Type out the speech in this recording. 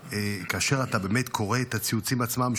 שכאשר אתה באמת קורא את הציוצים עצמם,